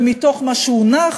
ומתוך מה שהונח,